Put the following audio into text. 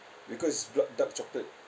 because blood dark chocolate